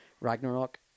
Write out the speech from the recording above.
Ragnarok